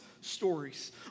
stories